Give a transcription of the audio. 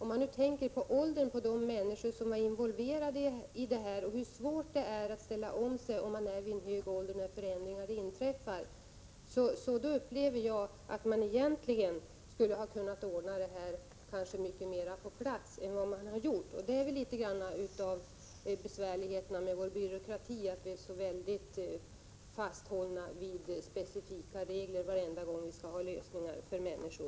Med tanke på åldern på de människor som är involverade och hur svårt det är att ställa om sig när förändringar inträffar om man är i en hög ålder, upplever jag att det här egentligen skulle ha kunnat ordnas mera på plats än vad som har skett. Det har väl att göra med besvärligheterna i vår byråkrati — vi är så fast bundna vid specifika regler varenda gång vi skall finna lösningar för människor.